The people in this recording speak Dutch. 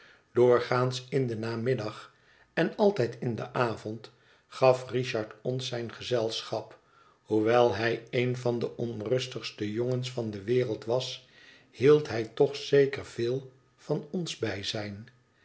doorgaans in den namiddag en altijd in den avond gaf richard ons zijn gezelschap hoewel hij een van de onrustigste jongens van de wereld was hield hij toch zeker veel van ons bijzijn